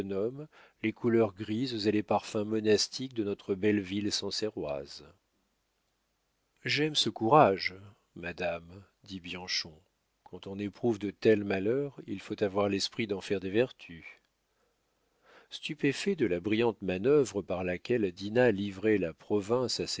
les couleurs grises et les parfums monastiques de notre belle vie sancerroise j'aime ce courage madame dit bianchon quand on éprouve de tels malheurs il faut avoir l'esprit d'en faire des vertus stupéfait de la brillante manœuvre par laquelle dinah livrait la province